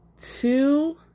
Two